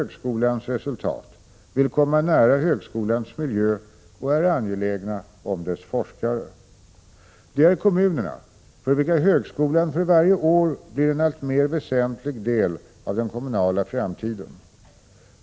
1986/87:131 högskolans resultat, vill komma nära högskolans miljö och är angelägna om 26 maj 1987 dess forskare. Det är kommunerna, för vilka högskolan för varje år blir en alltmer väsentlig del av den kommunala framtiden.